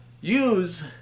use